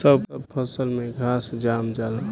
सब फसल में घास जाम जाला